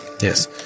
Yes